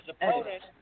opponent